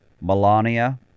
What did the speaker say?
melania